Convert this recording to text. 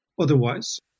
otherwise